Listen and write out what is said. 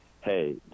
hey